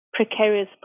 precarious